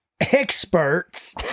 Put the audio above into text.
experts